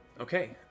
Okay